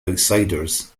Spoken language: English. outsiders